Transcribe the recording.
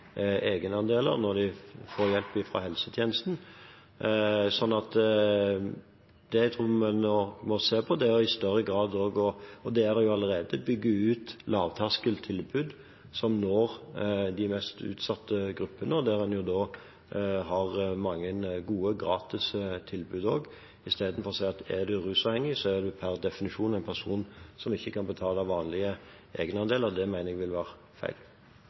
egenandeler når de får hjelp fra helsetjenesten. Så det jeg tror vi nå må se på – og det gjør vi allerede – er i større grad å bygge ut lavterskeltilbud som når de mest utsatte gruppene, der en også har mange gode gratistilbud, istedenfor å si at hvis en er rusavhengig, er en per definisjon en person som ikke kan betale vanlige egenandeler. Det mener jeg vil være feil.